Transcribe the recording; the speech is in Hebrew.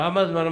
כמה זמן?